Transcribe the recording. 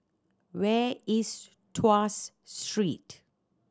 where is Tuas Street